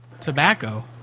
Tobacco